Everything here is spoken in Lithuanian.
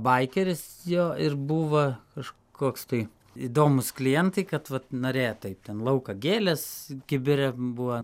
baikeris jo ir buva kažkoks tai įdomūs klientai kad vat narėja taip ten lauko gėlės kibire buva